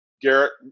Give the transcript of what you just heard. Garrett